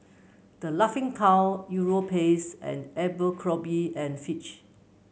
The Laughing Cow Europace and Abercrombie and Fitch